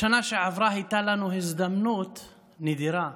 בשנה שעברה הייתה לנו הזדמנות נדירה,